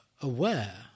aware